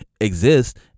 exist